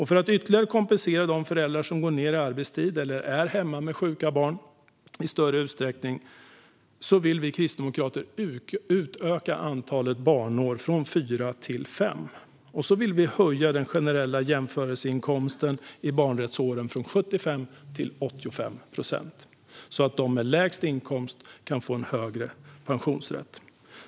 För att i större utsträckning kompensera de föräldrar som går ned i arbetstid eller är hemma med sjuka barn vill vi kristdemokrater utöka antalet barnår från fyra till fem. Vi vill också höja den generella jämförelseinkomsten i barnrättsåren från 75 procent till 85 procent, så att de med lägst inkomst får en högre pensionsrätt.